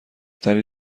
تری